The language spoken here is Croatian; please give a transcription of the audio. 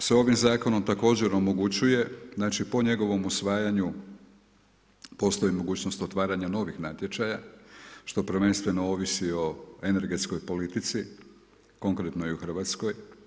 Ono što se ovim zakonom također omogućuje, znači po njegovom usvajanju postoji mogućnost otvaranja novih natječaja što prvenstveno ovisi o energetskoj politici konkretno i u Hrvatskoj.